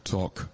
Talk